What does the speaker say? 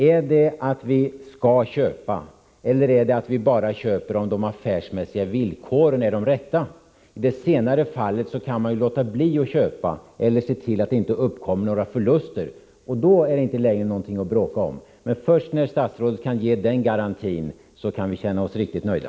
Är det att vi skall köpa eller är det att vi bara köper om de affärsmässiga villkoren är de rätta? I det senare fallet kan man ju låta bli att köpa eller se till att det inte uppkommer några förluster, och då är det inte längre något att bråka om. Men först när statsrådet kan ge den garantin kan vi känna oss riktigt nöjda.